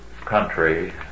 country